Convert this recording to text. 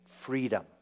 Freedom